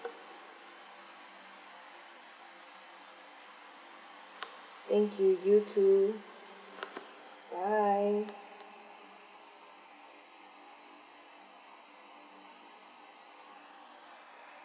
thank you you too bye